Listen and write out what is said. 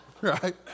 right